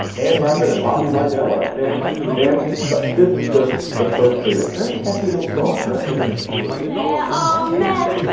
and margaret and bobby reidel are up there dancing. but this is just the first lyric, very catchy little song. i so arranging to their yeah um man.